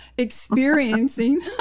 experiencing